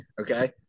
okay